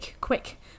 Quick